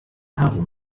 herum